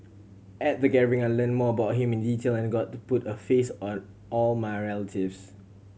at the gathering I learnt more about him in detail and got to put a face a all my relatives